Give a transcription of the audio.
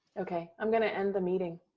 okay, i'm going to end the meeting.